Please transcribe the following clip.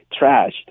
trashed